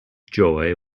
joy